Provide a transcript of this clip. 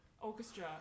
orchestra